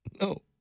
No